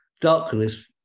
darkness